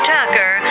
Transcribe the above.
Tucker